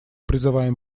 призываем